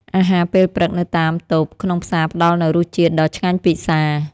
អាហារពេលព្រឹកនៅតាមតូបក្នុងផ្សារផ្ដល់នូវរសជាតិដ៏ឆ្ងាញ់ពិសា។